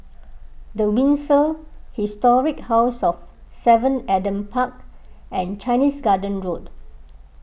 the Windsor Historic House of Seven Adam Park and Chinese Garden Road